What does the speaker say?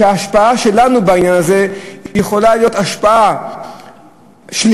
וההשפעה שלנו בעניין היא יכולה להיות השפעה שלילית,